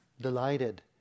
delighted